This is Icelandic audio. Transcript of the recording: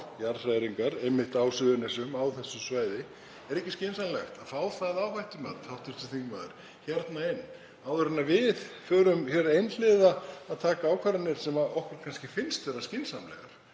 jarðhræringar einmitt á Suðurnesjum, á þessu svæði. Er ekki skynsamlegt að fá það áhættumat, hv. þingmaður, hérna inn áður en við förum einhliða að taka ákvarðanir sem okkur finnst vera skynsamlegar,